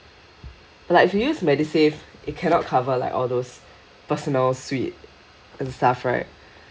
like if use MediSave it cannot cover like all those personal suite and stuff right